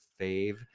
fave